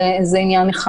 וזה עניין אחד.